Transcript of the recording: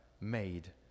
made